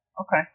Okay